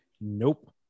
Nope